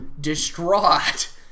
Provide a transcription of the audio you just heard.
distraught